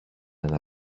ένα